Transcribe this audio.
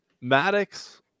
Maddox